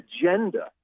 agenda